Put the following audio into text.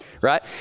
right